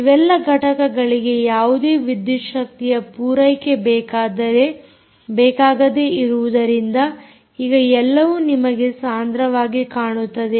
ಇವೆಲ್ಲಾ ಘಟಕಗಳಿಗೆ ಯಾವುದೇ ವಿದ್ಯುತ್ ಶಕ್ತಿಯ ಪೂರೈಕೆ ಬೇಕಾಗದೆ ಇರುವುದರಿಂದ ಈಗ ಎಲ್ಲವೂ ನಿಮಗೆ ಸಾಂದ್ರವಾಗಿ ಕಾಣುತ್ತದೆ